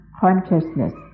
consciousness